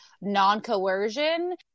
non-coercion